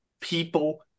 people